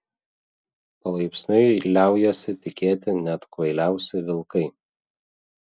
palaipsniui liaujasi tikėti net kvailiausi vilkai